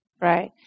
right